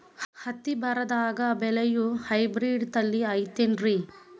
ಹತ್ತಿ ಬರದಾಗ ಬೆಳೆಯೋ ಹೈಬ್ರಿಡ್ ತಳಿ ಐತಿ ಏನ್ರಿ?